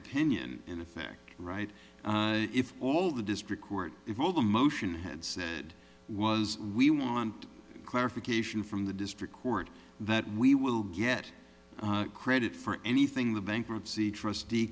opinion in effect right if all the district court if the motion had said was we want clarification from the district court that we will get credit for anything the bankruptcy trustee